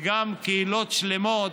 וגם קהילות שלמות